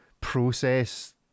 process